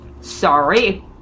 Sorry